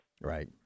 Right